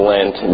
Lent